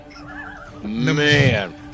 Man